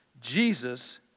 Jesus